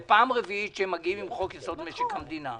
זו פעם רביעית שהם באים עם חוק יסוד: משק המדינה.